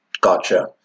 Gotcha